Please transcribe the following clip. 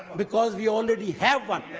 because we already had one,